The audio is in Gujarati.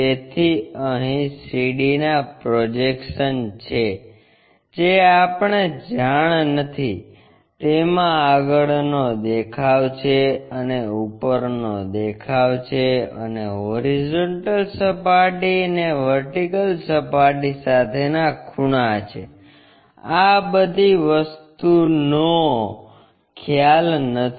તેથી અહીં CD ના પ્રોજેક્શન્સ છે જે આપણે જાણ નથી તેમાં આગળનો દેખાવ છે અને ઉપરનો દેખાવ છે અને હોરિઝોન્ટલ સપાટી અને વર્ટિકલ સપાટી સાથેના ખૂણા છે આં બધી વસ્તુઓ નો ખ્યાલ નથી